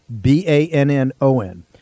B-A-N-N-O-N